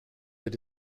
that